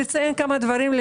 תודה רבה, פרופ' חיימוביץ'.